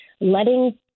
letting